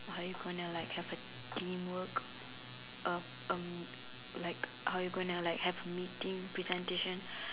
how you going like have a teamwork uh um like how are you going to like have a meeting presentation